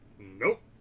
Nope